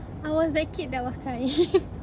I was that kid that was crying